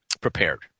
prepared